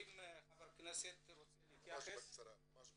אם חבר הכנסת רוברט טיבייב, אתה רוצה להתייחס?